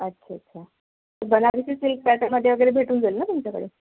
अच्छा अच्छा बनारसी सिल्क पॅटर्नमध्ये वगैरे भेटून जाईल ना तुमच्याकडे